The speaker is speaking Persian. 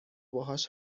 باهاش